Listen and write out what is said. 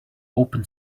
open